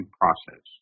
process